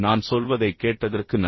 நான் சொல்வதைக் கேட்டதற்கு நன்றி